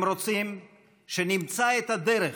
הם רוצים שנמצא את הדרך